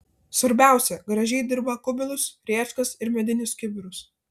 svarbiausia gražiai dirba kubilus rėčkas ir medinius kibirus